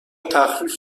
تخفیف